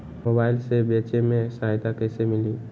Mobile से बेचे में सहायता कईसे मिली?